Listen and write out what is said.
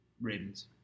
Ravens